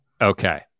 Okay